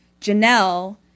Janelle